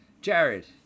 Jared